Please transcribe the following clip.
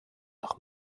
nach